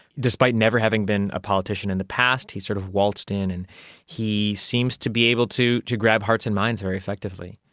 despite never having been a politician in the past he sort of waltzed in, and he seems to be able to to grab hearts and minds very effectively.